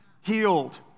healed